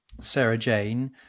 Sarah-Jane